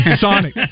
Sonic